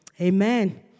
Amen